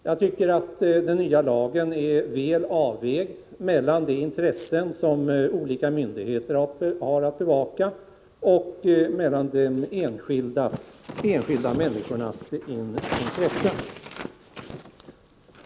Jag tycker att den nya lagen är väl avvägd mellan de intressen som olika myndigheter har att bevaka och de enskilda människornas intressen.